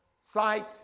sight